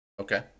Okay